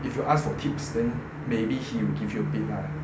if you ask for tips then maybe he will give you a bit lah